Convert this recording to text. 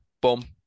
boom